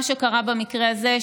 מה שקרה במקרה הזה,